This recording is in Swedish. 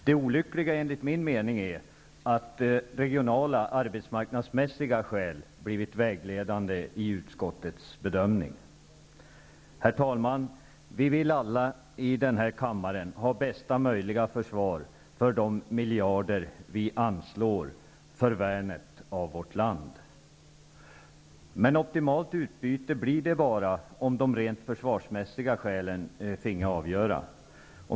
Det olyckliga, enligt min mening, är att regionala arbetsmarknadsmässiga skäl blivit vägledande i utskottets bedömning. Herr talman! Vi vill alla här i kammaren ha bästa möjliga försvar för de miljarder vi anslår för värnet av vårt land. Men det blir optimalt utbyte bara om de försvarsmässiga skälen finge avgöra.